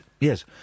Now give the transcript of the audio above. yes